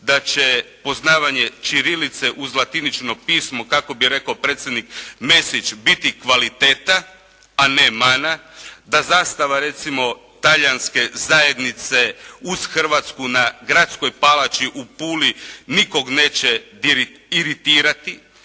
da će poznavanje ćirilice uz latinično pismo kako bi rekao predsjednik Mesić biti kvaliteta, a ne mana. Da zastava recimo talijanske zajednice uz hrvatsku na gradskoj palači u Puli nikog neće iritirati,